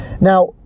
Now